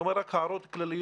אני אומר רק הערות כלליות.